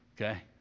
okay